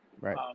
Right